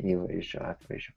įvaizdžio atvežiu